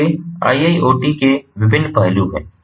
तो ये IIoT के विभिन्न पहलू हैं